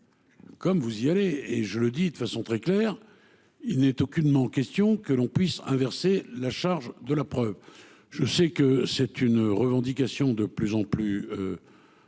Comme vous y allez ! Je le dis de façon très claire : il n’est aucunement question que l’on puisse inverser la charge de la preuve ! Je sais que c’est une revendication de plus en